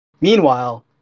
Meanwhile